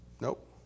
nope